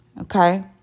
okay